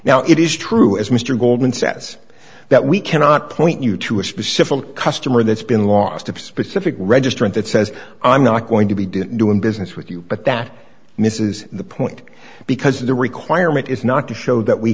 now it is true as mr goldman says that we cannot point you to a specific customer that's been lost of specific registrant that says i'm not going to be doing business with you but that misses the point because the requirement is not to show that we